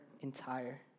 entire